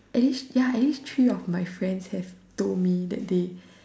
at least ya at least three of my friends have told me that they